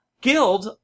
Guild